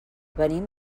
venim